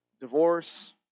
divorce